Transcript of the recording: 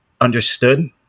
understood